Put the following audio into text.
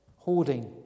hoarding